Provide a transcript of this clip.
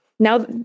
Now